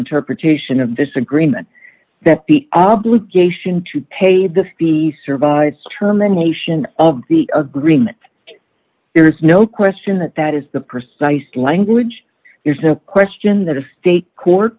interpretation of this agreement that the obligation to pay the fee survives determination of the agreement there is no question that that is the precise language there's no question that a state court